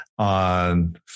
on